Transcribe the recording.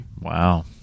wow